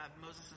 Moses